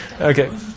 Okay